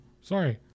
sorry